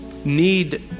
need